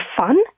fun